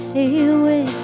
away